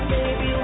Baby